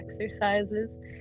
exercises